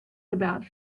about